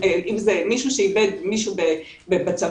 אם זה מישהו שאיבד מישהו בצבא,